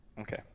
Okay